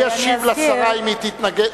מי ישיב לשרה אם היא תתנגד?